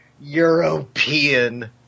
European